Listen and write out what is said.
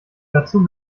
dazu